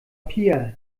pia